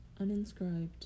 uninscribed